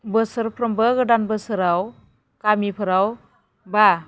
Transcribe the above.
बोसोरफ्रोमबो गोदान बोसोराव गामिफ्राव बा